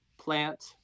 plant